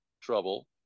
trouble